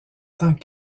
tant